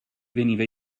veniva